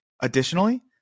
Additionally